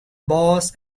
bus